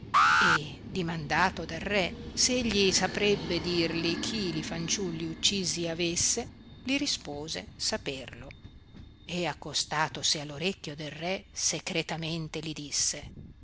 e dimandato dal re se egli saprebbe dirli chi li fanciulli uccisi avesse li rispose saperlo e accostatosi all orecchio del re secretamente li disse